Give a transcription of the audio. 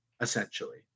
essentially